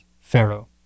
pharaoh